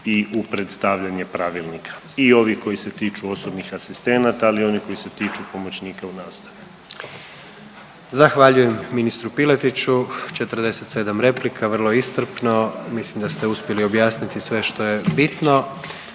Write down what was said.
i u predstavljanje pravilnika i ovih koji se tiču osobnih asistenata, ali i onih koji se tiču pomoćnika u nastavi. **Jandroković, Gordan (HDZ)** Zahvaljujem ministru Piletiću, 47 replika, vrlo iscrpno, mislim da ste uspjeli objasniti sve što je bitno,